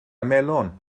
melon